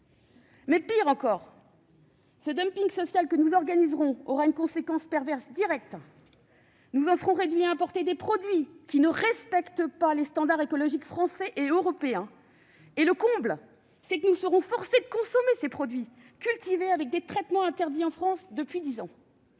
CO2. Pire encore, ce dumping social que nous organiserons aura une conséquence perverse directe : nous en serons réduits à importer des produits qui ne respectent pas les standards écologiques français et européens. Nous serons donc forcés de consommer des produits cultivés avec des traitements interdits en France depuis dix ans